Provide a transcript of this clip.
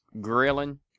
grilling